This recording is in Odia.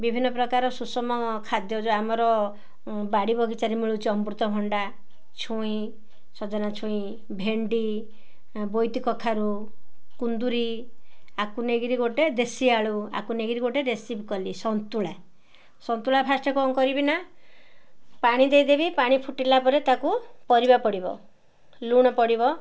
ବିଭିନ୍ନପ୍ରକାର ସୁଷମ ଖାଦ୍ୟ ଯେଉଁ ଆମର ବାଡ଼ି ବଗିଚାରେ ମିଳୁଛି ଯେଉଁ ଅମୃତଭଣ୍ଡା ଛୁଇଁ ସଜନା ଛୁଇଁ ଭେଣ୍ଡି ବୋଇତି କଖାରୁ କୁନ୍ଦୁରି ଆକୁ ନେଇକିରି ଗୋଟେ ଦେଶୀ ଆଳୁ ଆକୁ ନେଇକିରି ଗୋଟେ ରେସିପି କଲି ସନ୍ତୁଳା ସନ୍ତୁଳା ଫାଷ୍ଟ୍ କ'ଣ କରିବି ନା ପାଣି ଦେଇଦେବି ପାଣି ଫୁଟିଲା ପରେ ତାକୁ ପରିବା ପଡ଼ିବ ଲୁଣ ପଡ଼ିବ